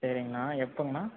சரிங்கண்ணா எப்போங்கண்ணா